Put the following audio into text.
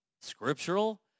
scriptural